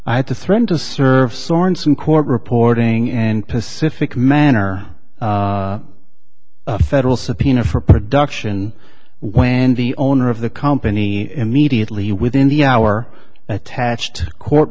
i had to threaten to serve sorenson court reporting and pacific manor a federal subpoena for production when the owner of the company immediately within the hour attached court